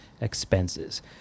expenses